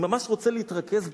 אני ממש רוצה להתרכז בקרב.